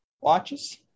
watches